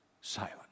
silent